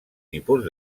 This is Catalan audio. tipus